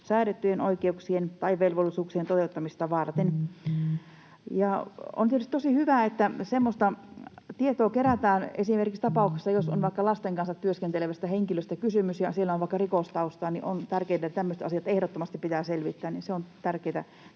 säädettyjen oikeuksien tai velvollisuuksien toteuttamista varten. On tietysti tosi hyvä, että semmoista tietoa kerätään esimerkiksi tapauksissa, jos on vaikka lasten kanssa työskentelevästä henkilöstä kysymys, ja jos siellä on vaikka rikostaustaa, niin on tärkeää, että tämmöiset asiat ehdottomasti pitää selvittää. Se on tärkeätä